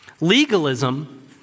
Legalism